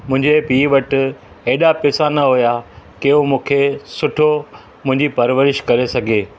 मुंहिंजे पीउ वटि एॾा पेसा न हुया की हो मूंखे सुठो मुंहिंजी परवरिश करे सघे